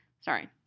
Sorry